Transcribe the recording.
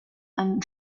einen